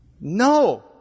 No